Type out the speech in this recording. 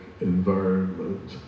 environment